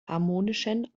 harmonischen